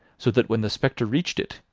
so that when the spectre reached it,